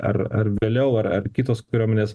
ar ar vėliau ar kitos kariuomenės